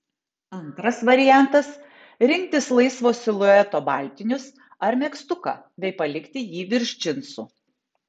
antras variantas rinktis laisvo silueto baltinius ar megztuką bei palikti jį virš džinsų